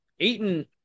Aiton